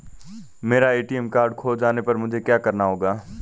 मेरा ATM card खो जाने पर मुझे क्या करना होगा?